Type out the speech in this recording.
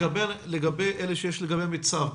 לגבי אלה שיש לגביהם צו,